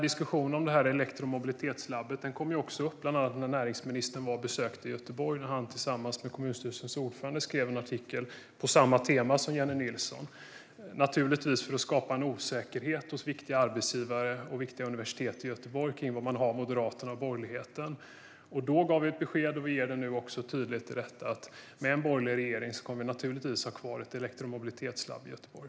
Diskussionen om elektromobilitetslabbet kom också upp bland annat när näringsministern besökte Göteborg och tillsammans med kommunstyrelsens ordförande skrev en artikel på det tema som Jennie Nilsson tar upp, naturligtvis för att skapa en osäkerhet hos viktiga arbetsgivare och universitet i Göteborg om var man har Moderaterna och borgerligheten. Då gav vi ett besked, och vi ger det nu också tydligt: Med en borgerlig regering kommer vi naturligtvis att ha kvar ett elektromobilitetslabb i Göteborg.